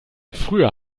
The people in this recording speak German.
früher